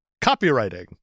Copywriting